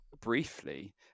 briefly